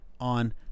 on